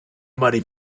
money